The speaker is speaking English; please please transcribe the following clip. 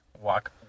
Walk